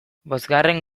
bosgarren